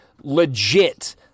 legit